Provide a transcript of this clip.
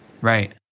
Right